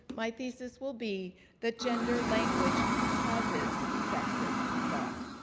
my thesis will be that gendered language causes sexist thought.